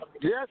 yes